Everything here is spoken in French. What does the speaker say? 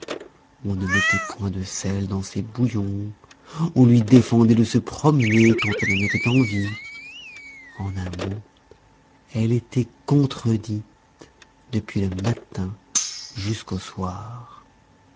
on ne mettait point de sel dans ses bouillons on lui défendait de se promener quand elle en avait envie en un mot elle était contredite depuis le matin jusqu'au soir